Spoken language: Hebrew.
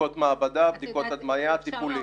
בדיקות מעבדה, בדיקות הדמיה, טיפולים.